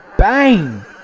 Bang